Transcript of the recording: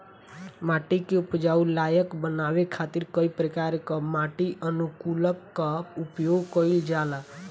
माटी के उपजाऊ लायक बनावे खातिर कई प्रकार कअ माटी अनुकूलक कअ उपयोग कइल जाला